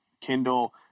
Kindle